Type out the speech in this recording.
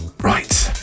Right